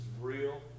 real